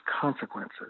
consequences